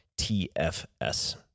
TFS